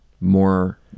more